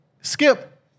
Skip